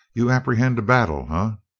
you apprehend a battle, ah?